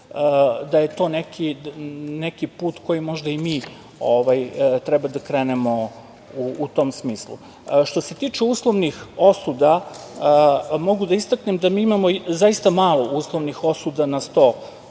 da je to neki put kojim možda i mi treba da krenemo u tom smislu. Što se tiče uslovnih osuda, mogu da istaknem da mi imamo zaista malo uslovnih osuda na 100